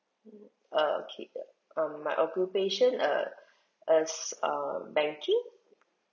okay um my occupation err is uh banking